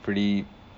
pretty